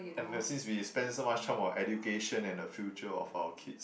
and the since we've spend so much time on education and the future of our kids